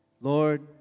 Lord